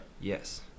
yes